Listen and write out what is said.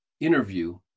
interview